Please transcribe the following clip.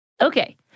Okay